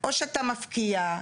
או שאתה מפקיע.